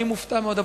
אני מופתע מאוד.